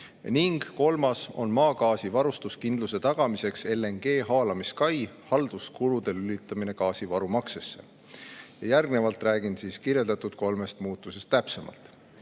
ning kolmas on maagaasi varustuskindluse tagamiseks LNG‑haalamiskai halduskulude lülitamine gaasivarumaksesse. Järgnevalt räägin kirjeldatud kolmest muudatusest täpsemalt.